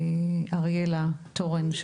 ואריאלה תורן,